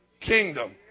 kingdom